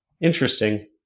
Interesting